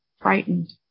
frightened